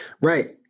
Right